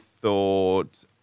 thought